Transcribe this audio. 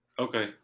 Okay